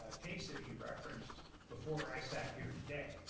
case that you referenced before i sat here today,